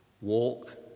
Walk